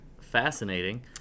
fascinating